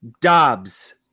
Dobbs